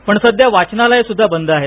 पण सध्या वाचनालयसुद्धा बंद आहेत